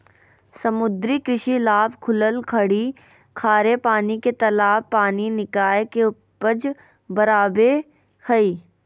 समुद्री कृषि लाभ खुलल खाड़ी खारे पानी के तालाब पानी निकाय के उपज बराबे हइ